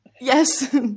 yes